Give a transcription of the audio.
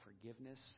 forgiveness